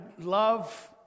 love